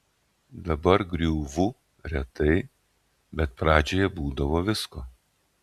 dabar griūvu retai bet pradžioje būdavo visko